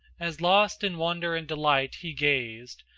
as lost in wonder and delight he gazed,